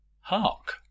Hark